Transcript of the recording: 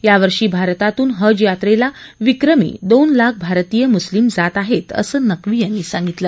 यावर्षी भारतातून हजयात्रेला विक्रमी दोन लाखभारतीय मुस्लिम जात आहेत असं नक्वी यांनी सांगितलं